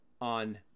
on